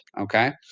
okay